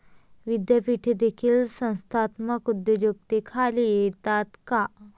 विद्यापीठे देखील संस्थात्मक उद्योजकतेखाली येतात का?